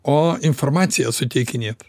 o informaciją suteikinėt